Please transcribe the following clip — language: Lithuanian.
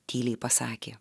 tyliai pasakė